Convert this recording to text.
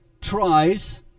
tries